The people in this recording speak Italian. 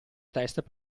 test